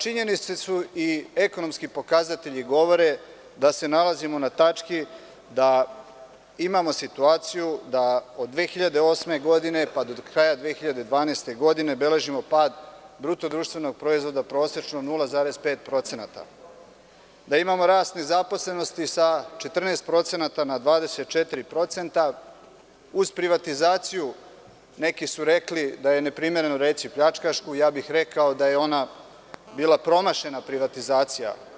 Činjenice su i ekonomski pokazatelji govore da se nalazimo na tački da imamo situaciju da od 2008. godine pa do kraja 2012. godine beležimo pad BDP prosečno 0,5%, da imamo rast nezaposlenosti sa 14% na 24%, uz privatizaciju, neki su rekli da je neprimereno reći „pljačkašku“, ja bih rekao da je ona bila promašena privatizacija.